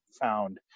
found